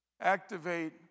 activate